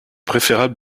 préférable